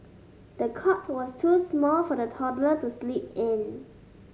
the cot was too small for the toddler to sleep in